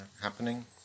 happening